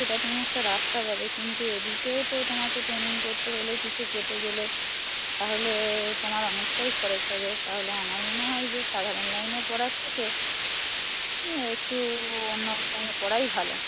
সেটা তুমি একটা রাস্তা পাবে কিন্তু এদিকেও তো তোমাকে ট্রেনিং করতে হলে কিছু পেতে গেলে তাহলে তোমার অনেকটাই খরচ হবে তাহলে আমার মনে হয় যে সাধারণ লাইনে পড়ার থেকে একটু অন্য লাইনে পড়াই ভালো